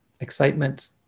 excitement